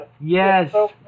Yes